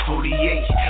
48